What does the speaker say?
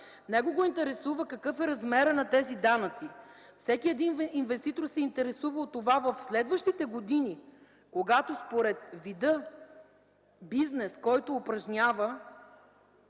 него го интересува какъв е размерът на тези данъци. Всеки един инвеститор се интересува от това в следващите години, според вида бизнес, който упражнява,